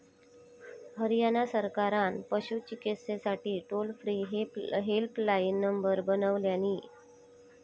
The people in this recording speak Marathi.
हरयाणा सरकारान पशू चिकित्सेसाठी टोल फ्री हेल्पलाईन नंबर बनवल्यानी